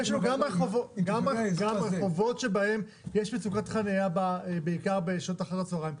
גם ברחובות שבהם יש מצוקת חניה בעיקר בשעות אחר הצהריים,